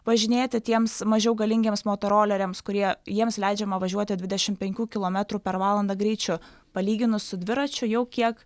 važinėti tiems mažiau galingiems motoroleriams kurie jiems leidžiama važiuoti dvidešim penkių kilometrų per valandą greičiu palyginus su dviračiu jau kiek